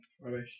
rubbish